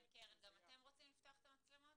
כן, גם אתם רוצים לפתוח את המצלמות?